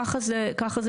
ככה זה פשוט.